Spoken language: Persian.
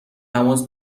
تماس